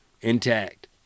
intact